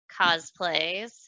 cosplays